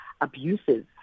abuses